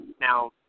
Now